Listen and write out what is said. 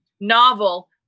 novel